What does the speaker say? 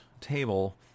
table